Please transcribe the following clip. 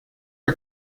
are